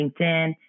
LinkedIn